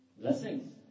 Blessings